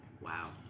Wow